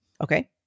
Okay